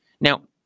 Now